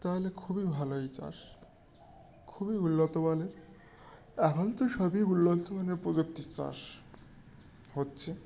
তা হলে খুবই ভালো এই চাষ খুবই উন্নত মানের এখন তো সবই উন্নত মানের প্রযুক্তির চাষ হচ্ছে